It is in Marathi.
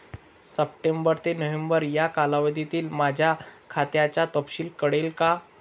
सप्टेंबर ते नोव्हेंबर या कालावधीतील माझ्या खात्याचा तपशील कळेल का?